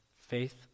faith